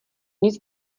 nic